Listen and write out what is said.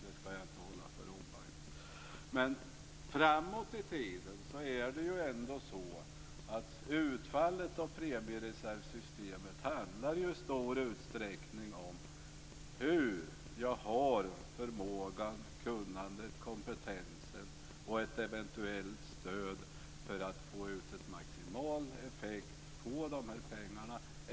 Men framåt i tiden handlar ju ändå utfallet av premiereservsystemet i stor utsträckning om huruvida jag har förmåga, kunnande, kompetens och ett eventuellt stöd för att få ut maximal effekt av pengarna.